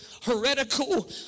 heretical